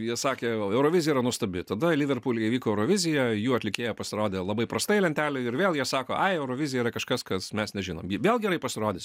jie sakė eurovizija yra nuostabi tada liverpulyje įvyko eurovizija jų atlikėja pasirodė labai prastai lentelėj ir vėl jie sako ai eurovizija yra kažkas kas mes nežinom ji vėl gerai pasirodys